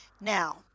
now